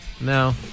No